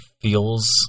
feels